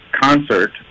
concert